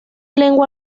lengua